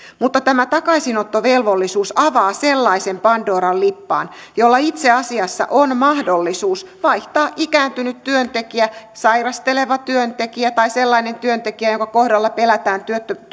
mutta tämä takaisinottovelvollisuus avaa sellaisen pandoran lippaan että itse asiassa on mahdollisuus vaihtaa ikääntynyt työntekijä sairasteleva työntekijä tai sellainen työntekijä jonka kohdalla pelätään